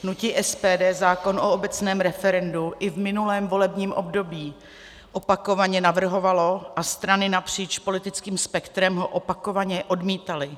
Hnutí SPD zákon o obecné referendu i v minulém volebním období opakovaně navrhovalo a strany napříč politickým spektrem ho opakovaně odmítaly.